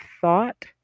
thought